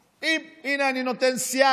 אם יורשע, אם, הינה אני נותן סייג,